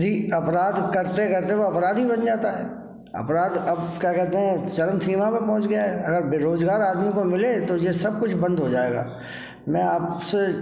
री अपराध करते करते वो अपराधी बन जाता है अपराध अब क्या कहतें हैं चरम सीमा पर पहुँच गया है अगर बेरोज़गार आदमी को मिले तो ये सबकुछ बंद हो जाएगा मैं आपसे